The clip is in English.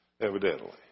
evidently